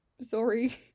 sorry